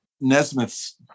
Nesmith's